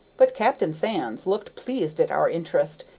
but captain sands looked pleased at our interest,